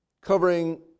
covering